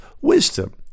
wisdom